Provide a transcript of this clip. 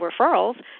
referrals